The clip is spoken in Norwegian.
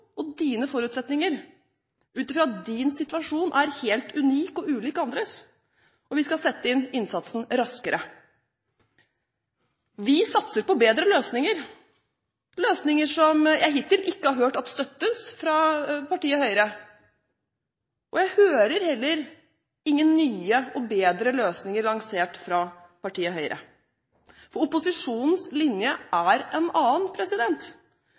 og dine forutsetninger, ut fra at din situasjon er helt unik og ulik andres, og vi skal sette inn innsatsen raskere. Vi satser på bedre løsninger – løsninger som jeg hittil ikke har hørt at støttes av Høyre. Jeg hører heller ingen nye og bedre løsninger lansert av Høyre. Opposisjonens linje er en annen.